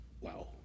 Wow